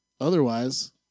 Otherwise